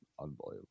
unbelievable